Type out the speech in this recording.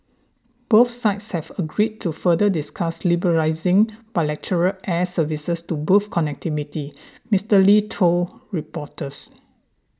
both sides have agreed to further discuss liberalising bilateral air services to boost connectivity Mister Lee told reporters